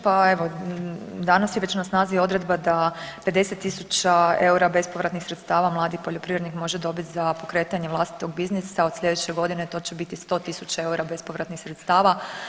Pa evo danas je već na snazi odredba da 50.000 eura bespovratnih sredstava mladih poljoprivrednika može dobiti za pokretanje vlastitog biznisa od sljedeće godine to će biti 100.000 eura bespovratnih sredstava.